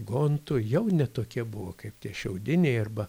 gontų jau ne tokie buvo kaip tie šiaudiniai arba